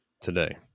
today